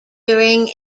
during